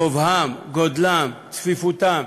גובהם, גודלם, צפיפותם,